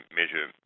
measure